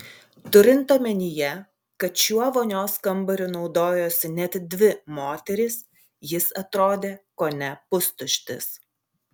turint omenyje kad šiuo vonios kambariu naudojosi net dvi moterys jis atrodė kone pustuštis